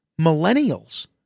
millennials